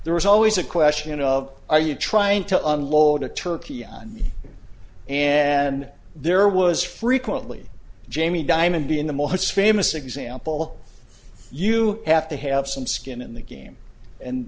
there was always a question of are you trying to unload a turkey on me and there was frequently jamie diamond in the most famous example you have to have some skin in the game and